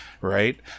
right